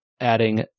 adding